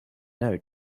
know